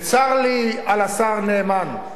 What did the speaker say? וצר לי על השר נאמן.